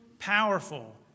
Powerful